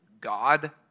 God